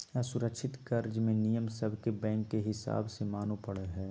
असुरक्षित कर्ज मे नियम सब के बैंक के हिसाब से माने पड़ो हय